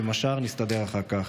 עם השאר נסתדר אחר כך.